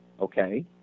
Okay